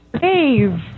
Dave